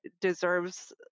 deserves